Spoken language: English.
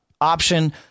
option